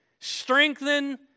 Strengthen